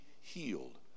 healed